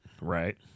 Right